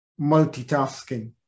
multitasking